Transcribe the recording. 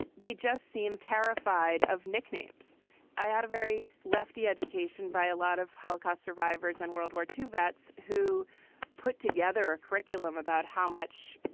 they just seem terrified of nicknames i had a very lefty education by a lot of holocaust survivors and world war two vets who put together a curriculum about how much,